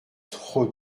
trop